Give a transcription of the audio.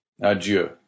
Adieu